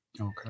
Okay